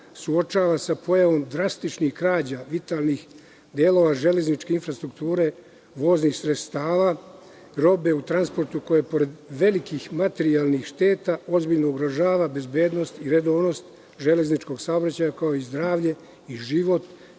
suočava sa pojavom drastičnih krađa vitalnih delova železničke infrastrukture, voznih sredstava, robe u transportu koja je pored velikih materijalnih šteta ozbiljno ugrožava bezbednost i redovnost železničkog saobraćaja, kao i zdravlje i život,